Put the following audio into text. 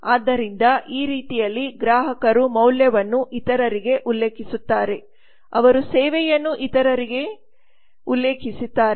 ಆದ್ದರಿಂದ ಈ ರೀತಿಯಲ್ಲಿ ಗ್ರಾಹಕರು ಮೌಲ್ಯವನ್ನು ಇತರರಿಗೆ ಉಲ್ಲೇಖಿಸುತ್ತಾರೆ ಅವರು ಸೇವೆಯನ್ನು ಇತರರಿಗೆ ಉಲ್ಲೇಖಿಸುತ್ತಾರೆ